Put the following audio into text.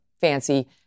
fancy